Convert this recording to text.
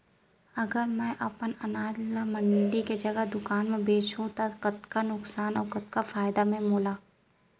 अगर मैं अपन अनाज ला मंडी के जगह दुकान म बेचहूँ त कतका नुकसान अऊ फायदा हे मोला?